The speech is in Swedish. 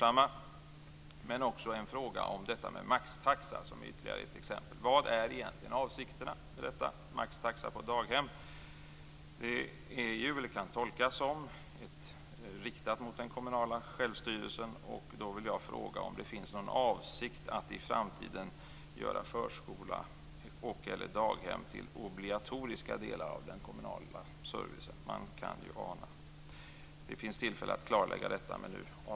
Jag har också en fråga om maxtaxan. Vad är avsikterna med maxtaxan på daghem? Den kan tolkas som ett ingrepp riktat mot den kommunala självstyrelsen. Finns det någon avsikt att i framtiden göra förskola och/eller daghem till obligatoriska delar av den kommunala servicen? Man kan ju ana något. Det finns tillfälle att klarlägga detta.